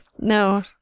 No